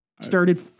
Started